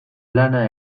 lana